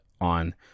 on